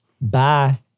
Bye